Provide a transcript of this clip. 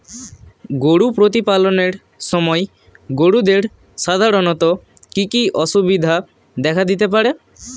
গরু প্রতিপালনের সময় গরুদের সাধারণত কি কি অসুবিধা দেখা দিতে পারে?